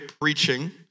Preaching